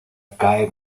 cae